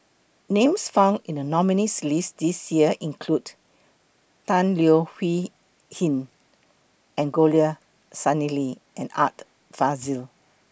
Names found in The nominees' list This Year include Tan Leo Wee Hin Angelo Sanelli and Art Fazil